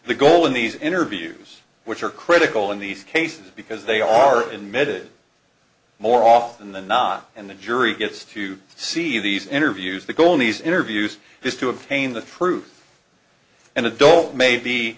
the goal in these interviews which are critical in these cases because they are in mid more often than not and the jury gets to see these interviews they go in these interviews is to obtain the truth an adult may be